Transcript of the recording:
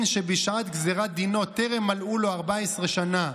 שבשעת גזירת דינו טרם מלאו לו 14 שנה,